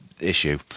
issue